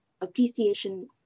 appreciation